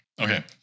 Okay